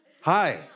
Hi